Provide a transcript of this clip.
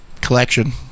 collection